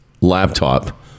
laptop